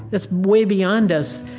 that's way beyond us.